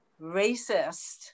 racist